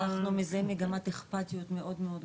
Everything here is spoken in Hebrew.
אנחנו מזהים מגמת אכפתיות מאוד מאוד גבוהה.